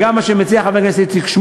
וההצעה שלי.